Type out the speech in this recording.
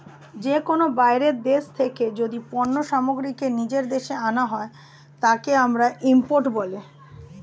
যে কোনো বাইরের দেশ থেকে যদি পণ্য সামগ্রীকে নিজের দেশে আনা হয়, তাকে ইম্পোর্ট বলে